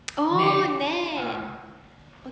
oh net